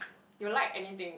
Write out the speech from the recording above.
you will like anything